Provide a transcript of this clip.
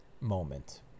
moment